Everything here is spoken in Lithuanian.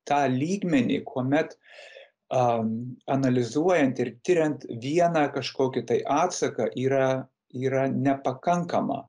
tą lygmenį kuomet a analizuojant ir tiriant vieną kažkokį tai atsaką yra yra nepakankama